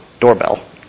doorbell